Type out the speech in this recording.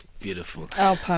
Beautiful